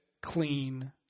clean